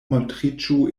montriĝu